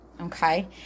Okay